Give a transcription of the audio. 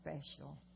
special